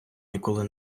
ніколи